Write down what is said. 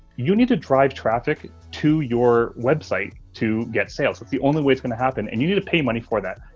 you need to drive traffic to your website to get sales. that's the only way that's going to happen. and you need to pay money for that.